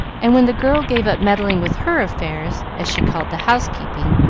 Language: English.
and when the girl gave up meddling with her affairs, as she called the housekeeping,